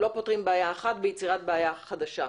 לא פותרים בעיה אחת ביצירת בעיה חדשה.